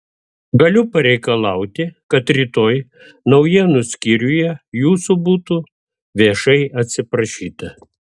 galiu pareikalauti kad rytoj naujienų skyriuje jūsų būtų viešai atsiprašyta